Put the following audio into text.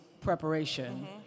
preparation